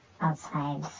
outside